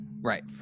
Right